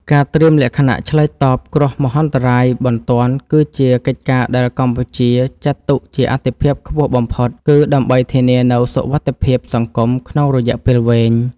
ការត្រៀមលក្ខណៈឆ្លើយតបគ្រោះមហន្តរាយបន្ទាន់ គឺជាកិច្ចការដែលកម្ពុជាចាត់ទុកជាអាទិភាពខ្ពស់បំផុត គឺដើម្បីធានានូវសុវត្ថិភាពសង្គមក្នុងរយៈពេលវែង។